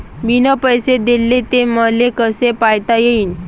मिन पैसे देले, ते मले कसे पायता येईन?